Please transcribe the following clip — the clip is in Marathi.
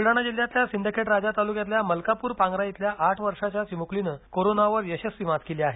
बुलडाणा जिल्हयातील सिंदखेड राजा तालुक्यातील मलकापूर पांग्रा इथल्या आठ वर्षांच्या चिमुकलीनं कोरोनावर यशस्वी मात केली आहे